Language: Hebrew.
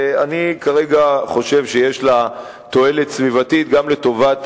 ואני כרגע חושב שיש לה תועלת סביבתית גם לטובת